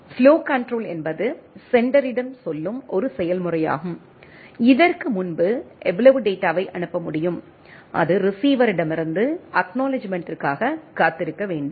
flow control என்பது செண்டரிடம் சொல்லும் ஒரு செயல்முறையாகும் இதற்கு முன்பு எவ்வளவு டேட்டாவை அனுப்ப முடியும் அது ரீசிவரிடமிருந்து அக்நாலெட்ஜ்மெண்டிற்காக காத்திருக்க வேண்டும்